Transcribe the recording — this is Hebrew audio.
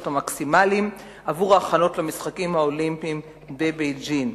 המקסימליים עבור ההכנות למשחקים האולימפיים בבייג'ין.